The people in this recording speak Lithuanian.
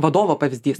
vadovo pavyzdys